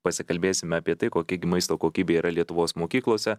pasikalbėsime apie tai kokia gi maisto kokybė yra lietuvos mokyklose